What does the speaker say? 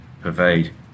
pervade